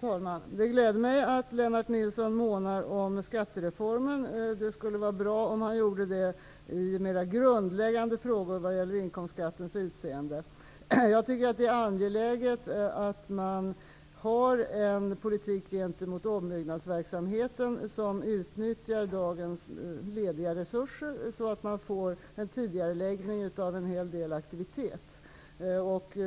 Fru talman! Det gläder mig att Lennart Nilsson månar om skattereformen. Det skulle vara bra om han gjorde det i mera grundläggande frågor vad gäller inkomstskattens utseende. Jag tycker att det är angeläget att man har en politik gentemot ombyggnadsverksamheten som utnyttjar dagens lediga resurser så, att man får en tidigareläggning av en hel del aktivitet.